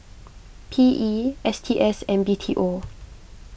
P E S T S and B T O